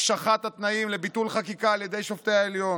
על הקשחת התנאים לביטול חקיקה על ידי שופטי העליון,